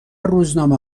روزنامه